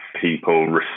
people